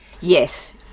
Yes